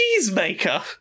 cheesemaker